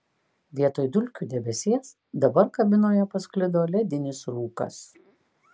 vietoj dulkių debesies dabar kabinoje pasklido ledinis rūkas